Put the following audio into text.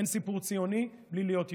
אין סיפור ציוני בלי להיות יהודי,